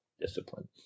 discipline